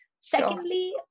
secondly